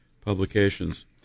publications